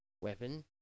weapon